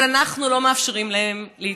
אבל אנחנו לא מאפשרים להם להתחתן.